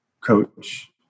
coach